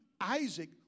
Isaac